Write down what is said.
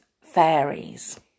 fairies